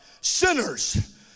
sinners